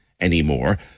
anymore